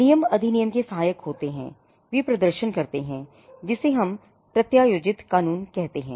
नियम अधिनियम के लिए सहायक होते हैं वे प्रदर्शन करते हैं जिसे हम प्रत्यायोजित कानून कहते हैं